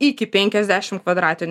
iki penkiasdešim kvadratinių